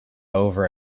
over